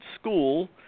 school